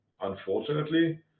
unfortunately